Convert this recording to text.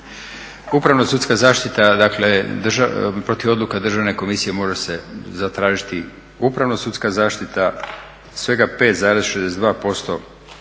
Upravna sudska zaštita, dakle protiv odluka Državne komisije može se zatražiti upravno sudska zaštita svega 5,62%